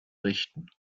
richten